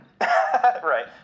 right